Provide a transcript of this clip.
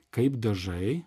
kaip dažai